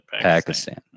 Pakistan